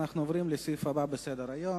אנחנו עוברים לנושא הבא בסדר-היום: